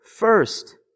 first